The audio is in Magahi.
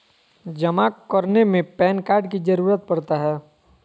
जमा करने में पैन कार्ड की जरूरत पड़ता है?